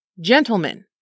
gentlemen